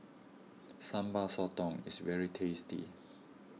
Sambal Sotong is very tasty